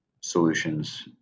solutions